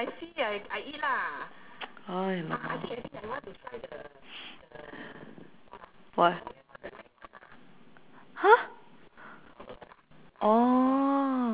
!alamak! what !huh! orh